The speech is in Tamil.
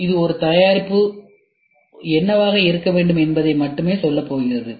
இது ஒரு தயாரிப்பு என்னவாக இருக்க வேண்டும் என்பதை மட்டுமே சொல்லப்போகிறது